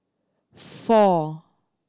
four